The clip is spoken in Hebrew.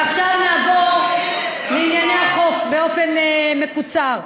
ועכשיו נעבור לענייני החוק, באופן מקוצר.